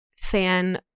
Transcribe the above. fan